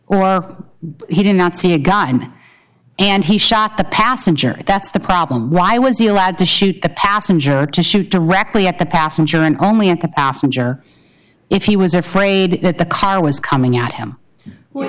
and he did not see a gun and he shot the passenger that's the problem why was he allowed to shoot the passenger to shoot directly at the passenger and only at the passenger if he was afraid that the car was coming at him we